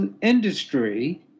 industry